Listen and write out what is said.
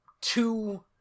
two